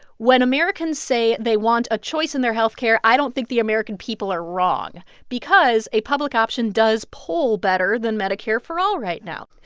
when americans say they want a choice in their health care, i don't think the american people are wrong because a public option does poll better than medicare for all right now.